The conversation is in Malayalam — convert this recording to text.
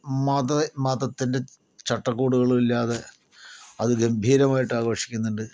മത മതത്തിന്റെ ചട്ട കൂടുകളും ഇല്ലാതെ അത് ഗംഭീരമായിട്ടാഘോഷിക്കുന്നുണ്ട്